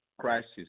crisis